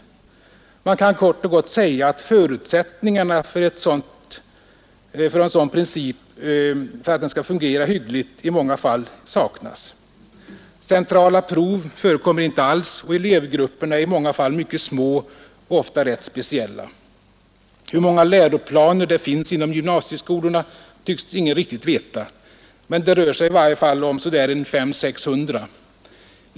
Man kan kort och gott säga att förutsättningarna för att en sådan princip skall fungera hyggligt i många fall helt saknas. Centrala prov förekommer inte alls, och elevgrupperna är i många fall mycket små och ofta rätt speciella. Hur många läroplaner det finns inom gymnasieskolan tycks ingen riktigt veta, men det rör sig i alla fall om 500-600.